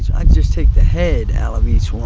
i'd just take the head out of each one